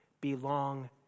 belong